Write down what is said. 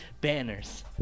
Banners